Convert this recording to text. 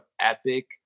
Epic